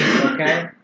Okay